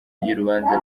ry’urubanza